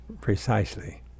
Precisely